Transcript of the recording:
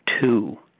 two